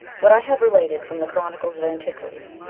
what i haye related from the chronicles of antiquity,